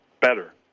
better